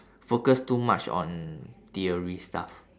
focus too much on theory stuff